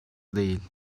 değil